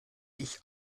ich